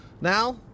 Now